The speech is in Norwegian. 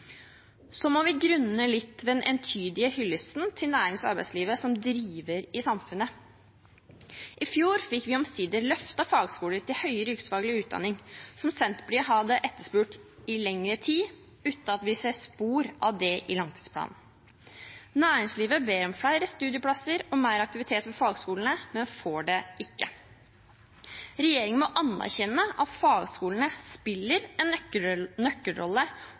Så må vi grunne litt ved den entydige hyllesten til nærings- og arbeidslivet som driver i samfunnet. I fjor fikk vi omsider løftet fagskoler til høyere yrkesfaglig utdanning, som Senterpartiet hadde etterspurt i lengre tid, uten at vi ser spor av det i langtidsplanen. Næringslivet ber om flere studieplasser og mer aktivitet ved fagskolene, men får det ikke. Regjeringen må anerkjenne at fagskolene spiller en nøkkelrolle,